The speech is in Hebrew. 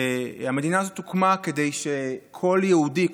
המדינה הזאת הוקמה כדי שכל יהודי,